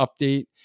update